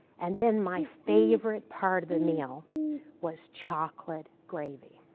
and then my favorite part of the meal was chocolate gravy,